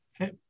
Okay